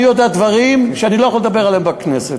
אני יודע דברים שאני לא יכול לדבר עליהם בכנסת,